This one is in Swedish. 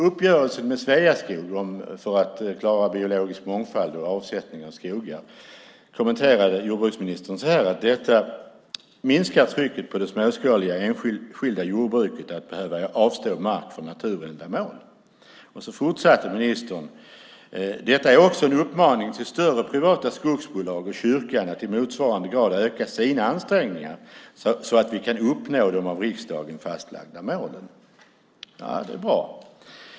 Uppgörelsen med Sveaskog för att klara biologisk mångfald och avsättningen av skogar kommenterade jordbruksministern så här: "Detta minskar som jag ser det trycket på det småskaliga enskilda jordbruket att behöva avstå mark för naturändamål." Ministern fortsatte: "Samtidigt vill jag betona att detta också är en stark uppmaning till större privata skogsbolag och kyrkan att i motsvarande grad öka sina ansträngningar så att vi kan nå upp till de av riksdagen fastställda miljömålen." Det är bra.